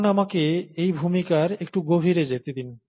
এখন আমাকে এই ভূমিকার একটু গভীর যেতে দিন